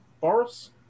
Boris